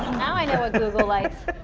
now i know what google likes.